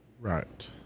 Right